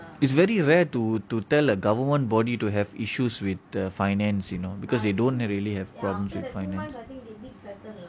it's very rare to to tell a government body to have issues with the finance you know because they don't really have problems with finance